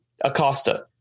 Acosta